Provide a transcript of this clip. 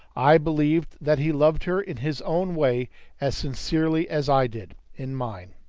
i believed that he loved her in his own way as sincerely as i did in mine.